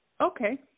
okay